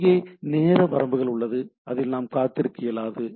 அங்கே நேர வரம்புகள் உள்ளது அதில் நாம் காத்திருக்க இயலாது